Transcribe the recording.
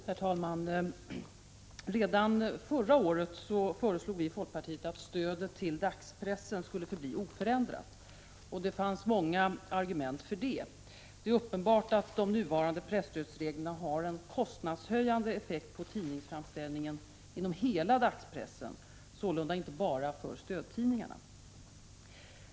Herr talman! Redan förra året föreslog vi i folkpartiet att stödet till dagspressen skulle förbli oförändrat. Det fanns många argument för detta. Det är uppenbart att de nuvarande presstödsreglerna har en kostnadshöjande effekt på tidningsframställningen inom hela dagspressen — sålunda inte bara på stödtidningarna.